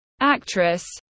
actress